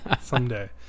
Someday